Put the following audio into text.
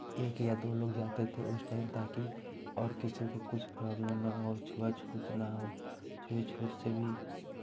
एक या दो लोग जाते थे उस टाइम ताकि और किसी को कुछ प्रॉबलम ना हो छुआ छूत ना हो छूए छूत से भी